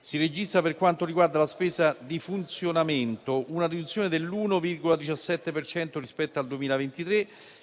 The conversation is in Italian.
Si registra, per quanto riguarda la spesa di funzionamento, una riduzione del 1,17 per cento rispetto al 2023